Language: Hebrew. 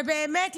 ובאמת,